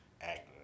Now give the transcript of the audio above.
acting